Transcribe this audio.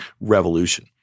revolution